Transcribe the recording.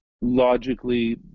logically